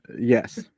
yes